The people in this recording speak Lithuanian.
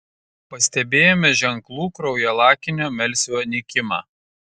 pastebėjome ženklų kraujalakinio melsvio nykimą